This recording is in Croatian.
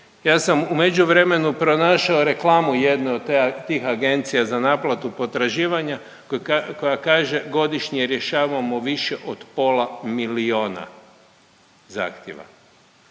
Ja sam u međuvremenu pronašao reklamu jednu od tih Agencija za naplatu potraživanja koja kaže godišnje rješavamo više od pola milijuna zahtjeva.